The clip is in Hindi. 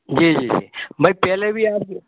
जी जी जी मैं पहले भी आपके